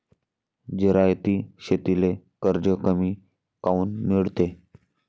जिरायती शेतीले कर्ज कमी काऊन मिळते?